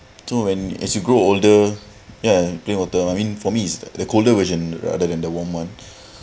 so when as you grow older ya ya plain water I mean for me is the the colder version rather than the warm [one]